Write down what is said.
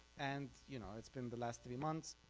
and you know it's been the last three months,